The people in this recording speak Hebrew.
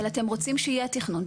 אבל אתם רוצים שיהיה תכנון.